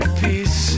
peace